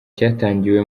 cyatangiwe